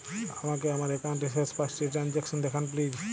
আমাকে আমার একাউন্টের শেষ পাঁচটি ট্রানজ্যাকসন দেখান প্লিজ